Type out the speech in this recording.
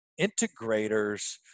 integrators